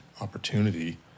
opportunity